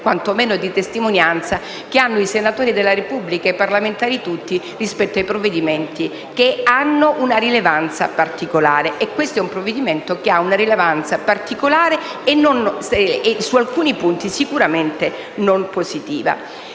al dovere di testimonianza che hanno i senatori della Repubblica e i parlamentari tutti rispetto ai provvedimenti di rilevanza particolare; e questo è un provvedimento che ha una rilevanza particolare e, su alcuni punti, sicuramente non positiva.